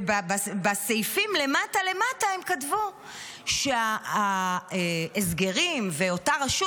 ובסעיפים למטה למטה הם כתבו שההסגרים ואותה רשות